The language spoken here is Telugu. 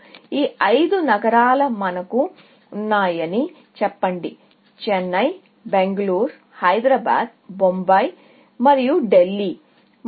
ఈ ఐదు నగరాలు మనకు ఉన్నాయని చెప్పండి చెన్నై బెంగళూరు హైదరాబాద్ బొంబాయి మరియు ిల్లీ మరియు